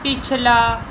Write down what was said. ਪਿਛਲਾ